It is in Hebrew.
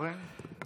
זוכרים.